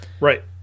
Right